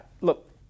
look